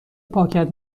پاکت